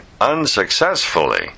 unsuccessfully